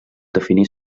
definir